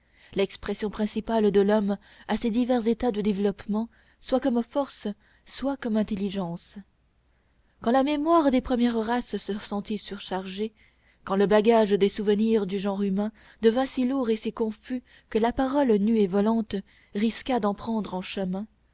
l'expression principale de l'homme à ses divers états de développement soit comme force soit comme intelligence quand la mémoire des premières races se sentit surchargée quand le bagage des souvenirs du genre humain devint si lourd et si confus que la parole nue et volante risqua d'en perdre en chemin